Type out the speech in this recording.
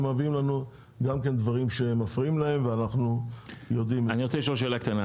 הם מעלים בפנינו דברים שמפריעים להם ואנחנו צריכים לטפל בזה.